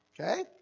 okay